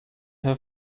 her